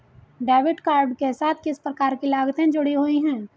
Debit card के साथ किस प्रकार की लागतें जुड़ी हुई हैं?